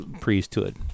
priesthood